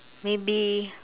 maybe